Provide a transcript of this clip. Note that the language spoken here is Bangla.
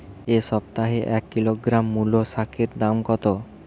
এ সপ্তাহে এক কিলোগ্রাম মুলো শাকের দাম কত?